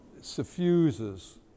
suffuses